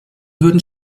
würden